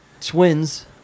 Twins